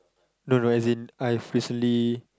no no as in I recently